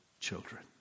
children